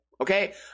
okay